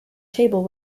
table